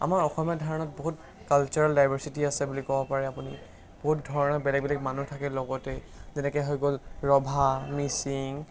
আমাৰ অসমীয়া ধাৰণাত বহুত কালচাৰেল ডাইভাৰ্ছিটি আছে বুলি ক'ব পাৰে আপুনি বহুত ধৰণৰ বেলেগ বেলেগ মানুহ থাকে লগতে যেনেকৈ হৈ গ'ল ৰাভা মিচিং